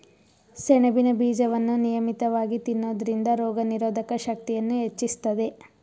ಸೆಣಬಿನ ಬೀಜವನ್ನು ನಿಯಮಿತವಾಗಿ ತಿನ್ನೋದ್ರಿಂದ ರೋಗನಿರೋಧಕ ಶಕ್ತಿಯನ್ನೂ ಹೆಚ್ಚಿಸ್ತದೆ